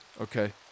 okay